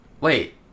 wait